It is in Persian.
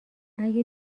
اگه